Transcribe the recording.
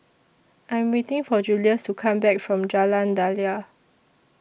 I'm waiting For Julius to Come Back from Jalan Daliah